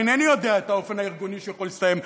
אינני יודע את האופן הארגוני שהוא יכול להסתיים,